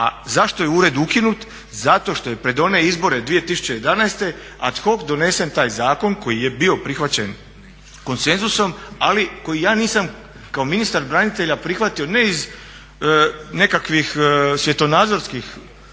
zašto je ured ukinut? Zato što je pred one izbore 2011. ad hoc donesen taj zakon koji je bio prihvaćen konsenzusom, ali koji ja nisam kao ministar branitelja prihvatio ne iz nekakvih svjetonazorskih